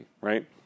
right